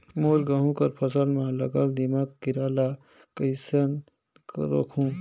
मोर गहूं कर फसल म लगल दीमक कीरा ला कइसन रोकहू?